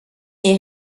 est